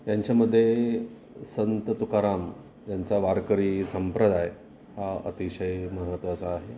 यांच्यामध्ये संत तुकाराम यांचा वारकरी संप्रदाय हा अतिशय महत्त्वाचा आहे